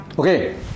Okay